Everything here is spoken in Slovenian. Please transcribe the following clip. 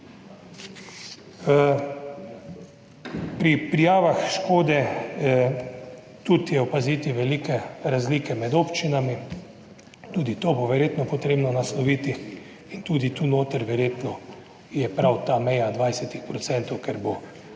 Pri prijavah škode tudi je opaziti velike razlike med občinami, tudi to bo verjetno potrebno nasloviti in tudi tu noter verjetno je prav ta meja 20 % ker bo potem,